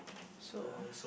so